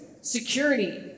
security